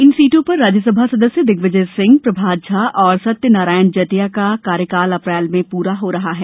इन सीटों पर राज्यसभा सदस्य दिग्विजय सिंह प्रभात झा और सत्यनारायण जटिया का कार्यकाल अप्रैल में पूरा हो रहा है